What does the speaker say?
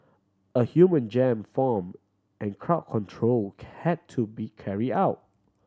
a human jam form and crowd control had to be carry out